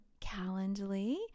Calendly